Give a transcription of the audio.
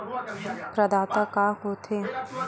प्रदाता का हो थे?